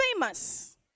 famous